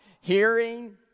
Hearing